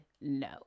no